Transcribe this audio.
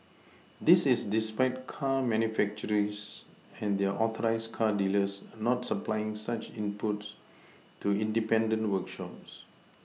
this is despite car manufacturers and their authorised car dealers not supplying such inputs to independent workshops